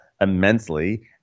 immensely